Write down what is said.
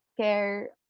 care